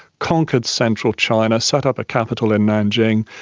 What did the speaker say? conquered central china, set up a capital in nanjing,